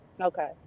okay